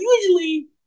usually